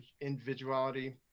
individuality